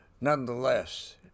Nonetheless